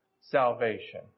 salvation